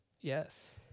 Yes